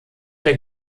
der